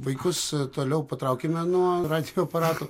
vaikus toliau patraukime nuo radijo aparatų